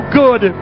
good